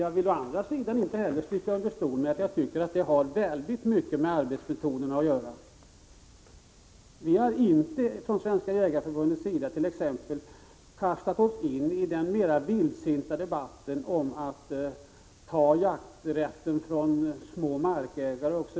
Å andra sidan vill jag inte heller sticka under stol med att jag tycker att detta har mycket med arbetsmetoderna att göra. Från Svenska jägareförbundets sida har vi t.ex. inte kastat oss in i den mera vildsinta debatten om huruvida man skall ta jakträtten från små markägare.